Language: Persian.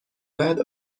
بعد